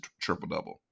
triple-double